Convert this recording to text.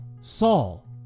Saul